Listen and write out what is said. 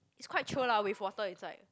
it's quite chio lah with water inside